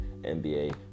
NBA